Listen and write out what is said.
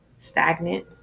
Stagnant